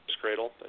Cradle